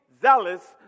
zealous